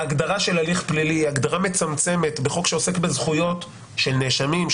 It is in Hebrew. ההגדרה של הליך פלילי היא הגדרה מצמצמת בחוק שעוסק בזכויות של נאשמים,